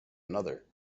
another